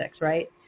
right